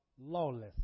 lawless